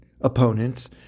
opponents